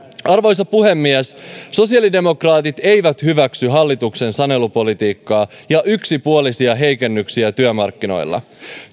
arvoisa puhemies sosiaalidemokraatit eivät hyväksy hallituksen sanelupolitiikkaa ja yksipuolisia heikennyksiä työmarkkinoilla